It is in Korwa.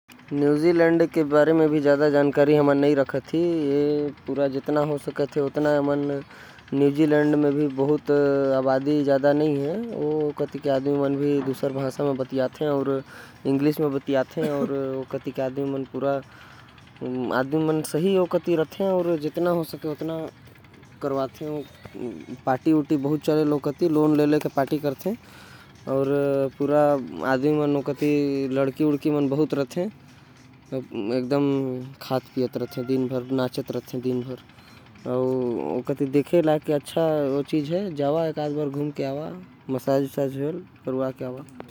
न्यूजीलैंड के लोग मन अंग्रेज़ी बोलथे। वहा के लोग मन पार्टी बहुते करथे। अउ नाच गाना करथे।